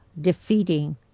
defeating